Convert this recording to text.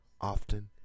often